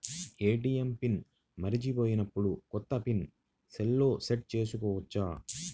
ATM pin మరచిపోయినప్పుడు, కొత్త pin సెల్లో సెట్ చేసుకోవచ్చా?